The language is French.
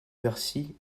bercy